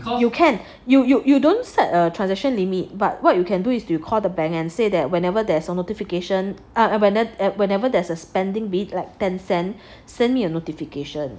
you can you you you don't set a transaction limit but what can you do is you call the bank and say that whenever there's a notificaiton err whenever there's a spending be it like ten cent sent me a notification